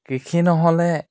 কৃষি নহ'লে